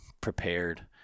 prepared